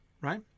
right